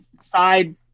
side